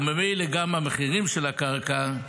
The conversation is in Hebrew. וממילא גם המחירים של הקרקע,